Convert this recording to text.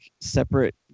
separate